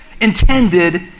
intended